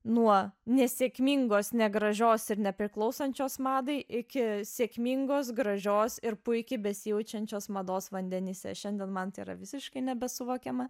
nuo nesėkmingos negražios ir nepriklausančios madai iki sėkmingos gražios ir puikiai besijaučiančios mados vandenyse šiandien man tai yra visiškai nebesuvokiama